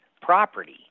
property